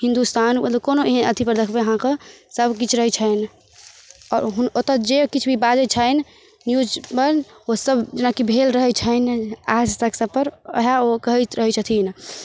हिन्दुस्तान मतलब कोनो एहन अथीपर अहाँके सबकिछु रहै छनि आओर ओतऽ जे किछु भी बाजै छनि न्यूजमे ओसब जेनाकि भेल रहल छनि आज तक सबपर वएह ओ कहैत रहै छथिन